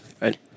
right